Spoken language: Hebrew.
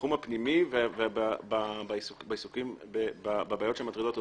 בתחום הפנימי ובבעיות שמטרידות אותה.